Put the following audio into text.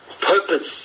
purpose